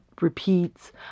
repeats